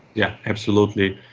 yeah absolutely.